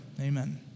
Amen